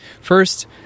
First